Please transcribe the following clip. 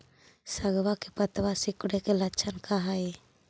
सगवा के पत्तवा सिकुड़े के लक्षण का हाई?